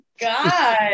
God